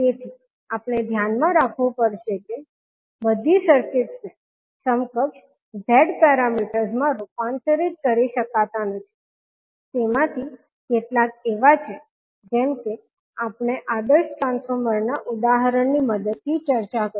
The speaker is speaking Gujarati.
તેથી આપણે ધ્યાનમાં રાખવું પડશે કે બધી સર્કિટ્સ ને સમકક્ષ Z પેરામીટર્સ માં રૂપાંતરિત કરી શકાતા નથી તેમાંથી કેટલાક એવા છે જેમ કે આપણે આદર્શ ટ્રાન્સફોર્મર ના ઉદાહરણ ની મદદથી ચર્ચા કરી